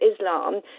Islam